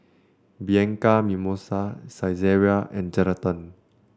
Bianco Mimosa Saizeriya and Geraldton